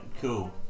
Cool